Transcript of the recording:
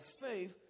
faith